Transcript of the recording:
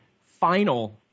final